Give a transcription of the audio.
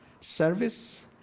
Service